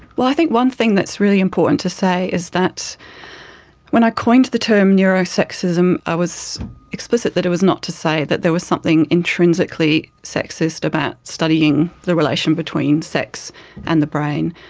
well, i think one thing that's really important to say is that when i coined the term neuro-sexism i was explicit that it was not to say that there was something intrinsically sexist about studying the relation between sex and the brain.